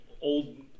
Old